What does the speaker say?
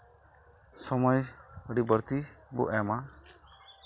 ᱥᱚᱢᱚᱭ ᱟᱹᱰᱤ ᱵᱟᱹᱲᱛᱤ ᱵᱚᱱ ᱮᱢᱟ